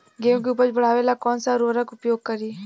गेहूँ के उपज बढ़ावेला कौन सा उर्वरक उपयोग करीं?